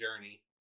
journey